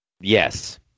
Yes